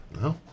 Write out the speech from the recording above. No